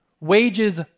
Wages